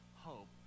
hope